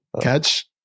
catch